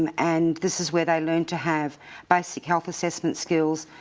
and and this is where they learn to have basic health-assessment skills,